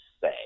say